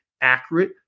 accurate